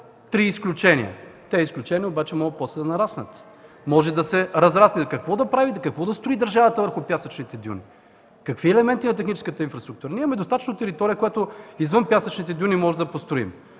„три изключения”. Тези изключения обаче могат после да нараснат. Какво да правите, какво да строи държавата върху пясъчните дюни, какви елементи на техническата инфраструктура?! Имаме достатъчно територия, върху която извън пясъчните дюни можем да построим,